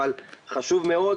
אבל חשוב מאוד